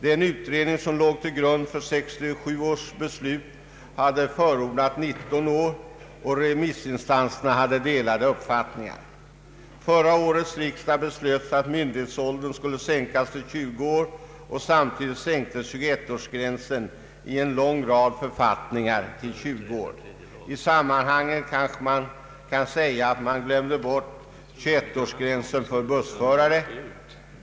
Den utredning som låg till grund för 1967 års beslut hade förordat 19 år, och remissinstanserna hade delade uppfattningar. Förra årets riksdag beslöt att myndighetsåldern skulle sänkas till 20 år, och samtidigt sänktes 21 årsgränsen i en lång rad författningar till 20 år. I sammanhanget kanske man kan säga att man glömde bort 21-årsgränsen för bussförare.